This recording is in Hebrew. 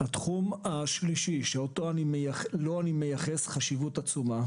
התחום השלישי שלו אני מייחס חשיבות עצומה,